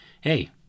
Hey